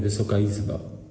Wysoka Izbo!